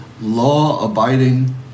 law-abiding